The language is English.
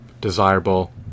desirable